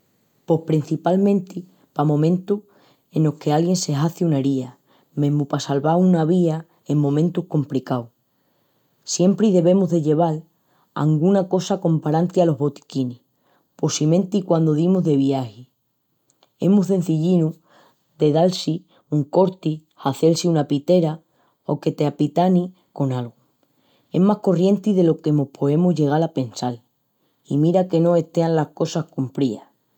Pos prencipalmenti pa momentus enos que alguién se hazi una eschangaúra i mesmu pa salval una vía en momentus compricaus. Siempri devemus de lleval anguna cosa comparanti alos botiquinis, possimenti quandu dimus de viagi. Es mu cenzillinu de dal-si un cuerti, hazel-si una pitera o que t'apitanis con algu. Es más corrienti delo que mos poemus llegal a pensal. I mira que no estean las cosas cumprías!